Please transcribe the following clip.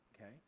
okay